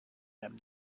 them